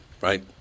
Right